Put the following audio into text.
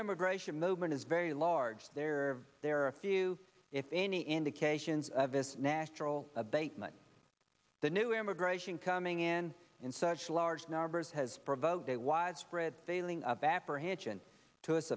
emigration movement is very large there there are a few if any indications of this natural abatement the new immigration coming in in such large numbers has provoked a widespread feeling of apprehension to